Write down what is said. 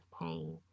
pain